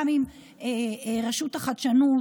גם עם רשות החדשנות,